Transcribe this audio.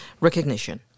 Recognition